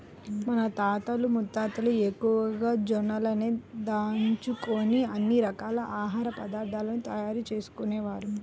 మన తాతలు ముత్తాతలు ఎక్కువగా జొన్నలనే దంచుకొని అన్ని రకాల ఆహార పదార్థాలను తయారు చేసుకునేవారు